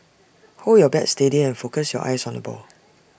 hold your bat steady and focus your eyes on the ball